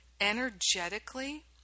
energetically